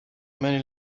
many